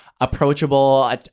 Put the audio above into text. approachable